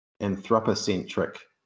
anthropocentric